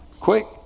Quick